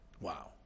Wow